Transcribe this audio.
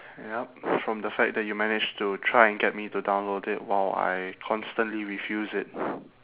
yup from the fact then you managed to try and get me to download it while I constantly refuse it